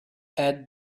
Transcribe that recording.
add